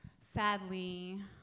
sadly